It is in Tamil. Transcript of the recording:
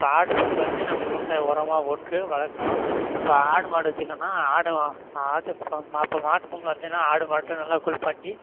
இப்போ ஆடு புழுக்க வந்து நாங்கள் விவசாய உரமா போட்டு வளர்க்குறோம் இப்போ ஆடு மாடு வச்சிருக்கோன்னால் ஆடு ஆடுப் இப்போ இப்போ மாட்டுப்பொங்கல் வந்துச்சுன்னால் ஆடு மாட்டை நல்லா குளிப்பாட்டி